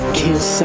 kiss